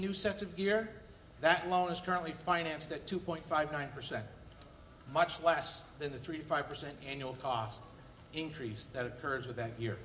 new sets of gear that loan is currently financed at two point five nine percent much less than the three five percent annual cost increase that occurred with that here